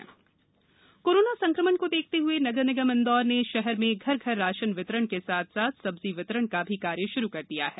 सब्जी वितरण कोरोना संक्रमण को देखते हए नगर निगम इंदौर ने शहर में घर घर राशन वितरण के साथ साथ सब्जी वितरण का भी कार्य शुरु किया है